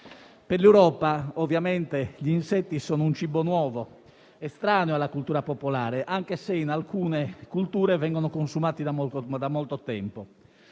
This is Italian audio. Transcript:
Per l'Europa, ovviamente, gli insetti sono un cibo nuovo, estraneo alla cultura popolare, anche se in alcune culture vengono consumati da molto tempo.